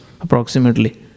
approximately